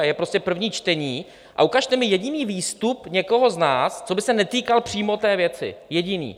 Je prostě první čtení a ukažte mi jediný výstup někoho z nás, co by se netýkal přímo té věci, jediný!